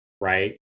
Right